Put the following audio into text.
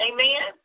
Amen